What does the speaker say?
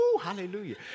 Hallelujah